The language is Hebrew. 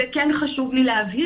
את זה כן חשוב לי להבהיר,